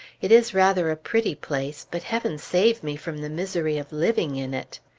it is rather a pretty place but heaven save me from the misery of living in it!